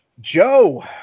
Joe